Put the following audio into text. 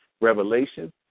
revelation